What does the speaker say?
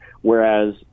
whereas